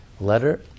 letter